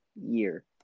year